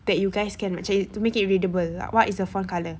that you guys can macam to make it readable like what is the font colour